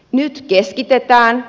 nyt keskitetään